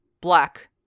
black